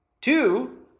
Two